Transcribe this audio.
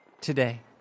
today